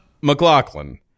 McLaughlin